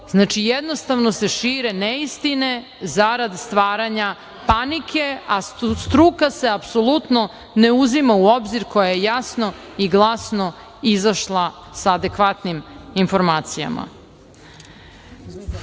Znači, jednostavno se šire neistine za rad stvaranja panike, a struka se apsolutno ne uzima u obzir koja je jasno i glasno izašla sa adekvatnim informacijama. Tu